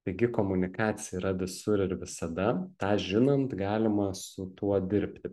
taigi komunikacija yra visur ir visada tą žinant galima su tuo dirbti